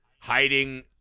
hiding